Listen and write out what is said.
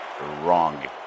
Wrong